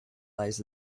lies